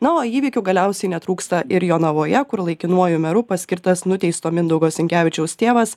na o įvykių galiausiai netrūksta ir jonavoje kur laikinuoju meru paskirtas nuteisto mindaugo sinkevičiaus tėvas